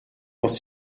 dans